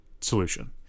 solution